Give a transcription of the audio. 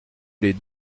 les